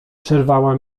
przerwała